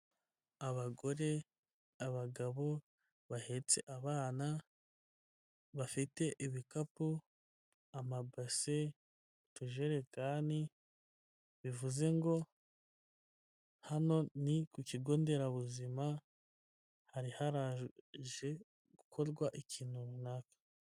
Abagore, abagabo bahetse abana, bafite ibikapu, amabase, utujerekani bivuze ngo hano ni ku kigo nderabuzima hari haraje gukorwa ikintu runaka.